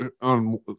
on